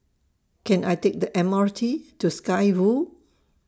Can I Take The Mr T to Sky Road